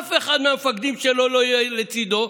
אף אחד מהמפקדים שלו לא יהיה לצידו,